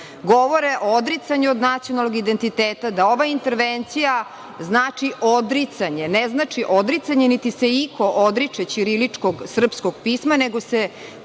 Govore o odricanju nacionalnog identiteta, da ova intervencija znači odricanje. Ne znači odricanje, niti se iko odriče ćiriličnog srpskog pisma, nego se